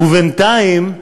ובינתיים,